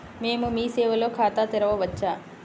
మేము మీ సేవలో ఖాతా తెరవవచ్చా?